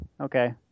okay